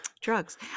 drugs